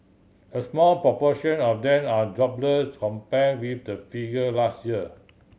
a small proportion of then are jobless compare with the figure last year